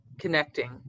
connecting